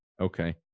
Okay